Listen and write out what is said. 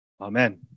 Amen